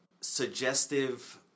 suggestive